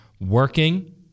working